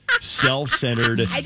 self-centered